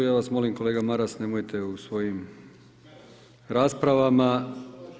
Ja vas molim, kolega Maras nemojte u svojim raspravama.